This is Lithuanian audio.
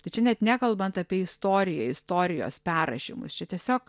tai čia net nekalbant apie istoriją istorijos perrašymus čia tiesiog